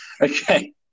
okay